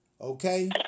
okay